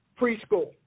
preschool